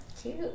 Cute